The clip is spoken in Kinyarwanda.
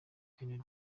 kennedy